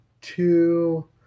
two